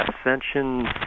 ascension